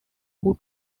who